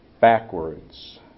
Backwards